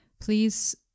Please